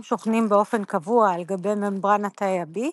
שוכנים באופן קבוע על-גבי ממברנת תאי ה-B,